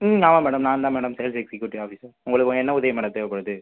ம் ஆமாம் மேடம் நான்தான் மேடம் சேல்ஸ் எக்ஸிக்யூட்டிவ் ஆஃபீஸர் உங்களுக்கு என்ன உதவி மேடம் தேவைப்படுது